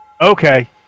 Okay